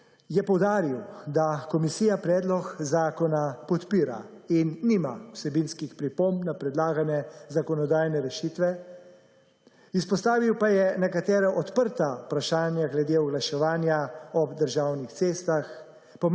(nadaljevanje) da komisija predlog zakona podpira in nima vsebinskih pripomb na predlagane zakonodajne rešitve. Izpostavil pa je nekatera odprta vprašanja glede oglaševanja ob državnih cestah,